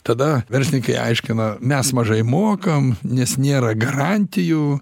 tada verslininkai aiškina mes mažai mokam nes nėra garantijų